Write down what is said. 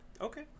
Okay